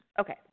Okay